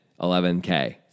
11K